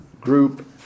group